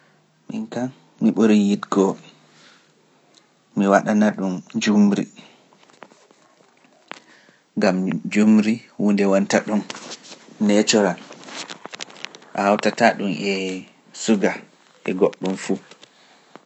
Min kaan mi ɓuri yiɗgo, mi waɗana ɗum njumri, gam njumri wonde wonta ɗum neecoral, a hawtata ɗum e suga e goɗɗum fuu.